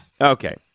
okay